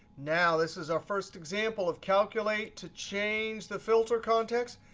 now, this is our first example of calculate to change the filter context.